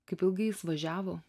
kaip ilgai jis važiavo